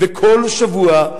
וכל שבוע,